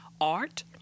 art—